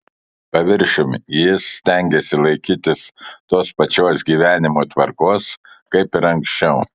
paviršium jis stengėsi laikytis tos pačios gyvenimo tvarkos kaip ir anksčiau